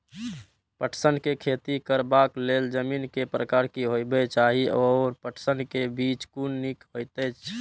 पटसन के खेती करबाक लेल जमीन के प्रकार की होबेय चाही आओर पटसन के बीज कुन निक होऐत छल?